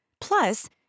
Plus